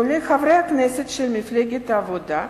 כולל חברי הכנסת של מפלגת העבודה,